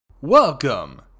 Welcome